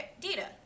data